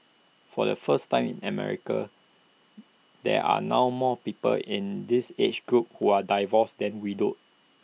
for the first time in America there are now more people in this age group who are divorced than widowed